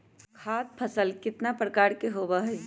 खाद्य फसल कितना प्रकार के होबा हई?